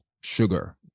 sugar